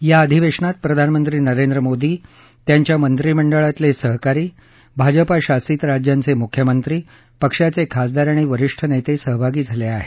या अधिवेशनात प्रधानमंत्री नरेंद्र मोदी त्यांच्या मंत्रिमंडळातले सहकारी भाजपा शासित राज्यांचे मुख्यमंत्री पक्षाचे खासदार आणि वरिष्ठ नेते सहभागी झाले आहेत